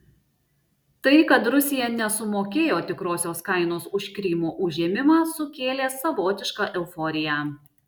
tai kad rusija nesumokėjo tikrosios kainos už krymo užėmimą sukėlė savotišką euforiją